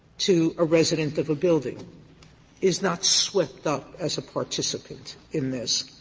to a resident of a building is not swept up as a participant in this?